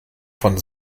von